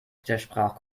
widersprach